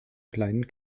kleinen